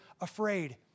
afraid